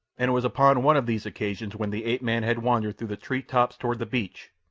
and it was upon one of these occasions when the ape-man had wandered through the tree-tops toward the beach,